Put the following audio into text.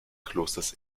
klosters